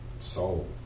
soul